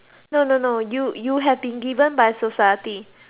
no no no you you have been given by society